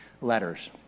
letters